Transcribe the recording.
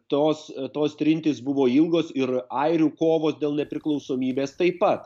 tos tos trintys buvo ilgos ir airių kovos dėl nepriklausomybės taip pat